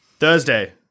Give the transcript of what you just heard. Thursday